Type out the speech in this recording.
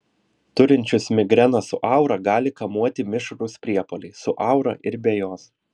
turinčius migreną su aura gali kamuoti mišrūs priepuoliai su aura ir be jos